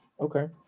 Okay